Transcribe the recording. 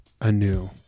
anew